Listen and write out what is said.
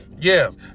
Yes